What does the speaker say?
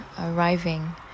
arriving